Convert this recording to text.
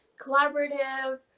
Collaborative